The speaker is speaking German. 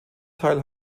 teil